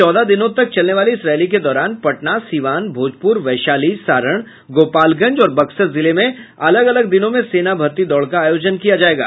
चौदह दिनों तक चलने वाली इस रैली के दौरान पटना सिवान भोजप्र वैशाली सारण गोपालगंज और बक्सर जिले में अलग अलग दिनों में सेना भर्ती दौड़ का आयोजन किया जायेगा